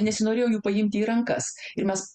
nesinorėjo jų paimti į rankas ir mes